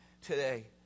today